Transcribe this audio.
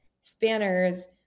Spanners